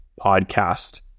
PODCAST